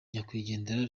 nyakwigendera